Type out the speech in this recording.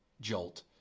jolt